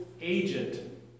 agent